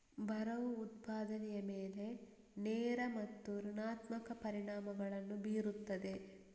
ಬರವು ಉತ್ಪಾದನೆಯ ಮೇಲೆ ನೇರ ಮತ್ತು ಋಣಾತ್ಮಕ ಪರಿಣಾಮಗಳನ್ನು ಬೀರುತ್ತದೆ